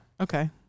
Okay